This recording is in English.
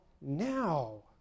now